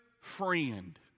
friend